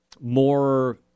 more